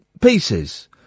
pieces